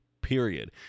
Period